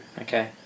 Okay